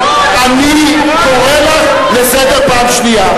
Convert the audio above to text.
אני קורא אותך לסדר פעם שנייה.